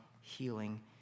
healing